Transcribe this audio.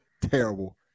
terrible